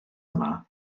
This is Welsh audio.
yma